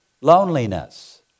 loneliness